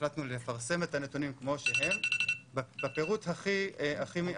החלטנו לפרסם את הנתונים כמו שהם בפירוט המינימלי